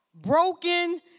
broken